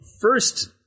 first